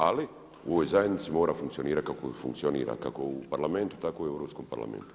Ali u ovoj zajednici mora funkcionirati kako funkcionira, kako u Parlamentu tako i u Europskom parlamentu.